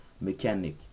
mechanic